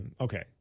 okay